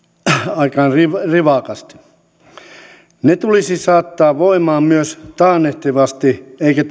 aikaan rivakasti ne tulisi saattaa voimaan myös taannehtivasti eikä